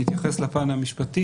אני מבקש להתייחס לפן המשפטי.